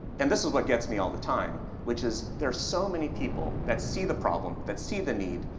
and this is what gets me all the time, which is there are so many people that see the problem, that see the need,